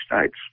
States